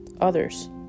others